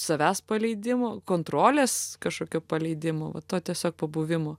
savęs paleidimo kontrolės kažkokio paleidimo va to tiesiog pabuvimo